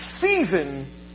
season